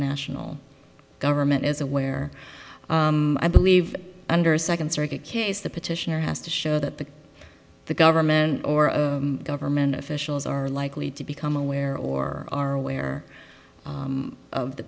national government is aware i believe under second circuit case the petitioner has to show that the government or a government officials are likely to become aware or are aware of the